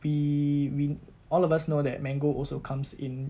we we all of us know that mango also comes in